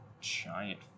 giant